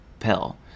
pill